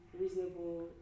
reasonable